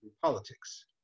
politics